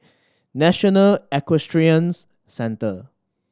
National Equestrian Centre